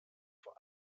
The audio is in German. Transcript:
vor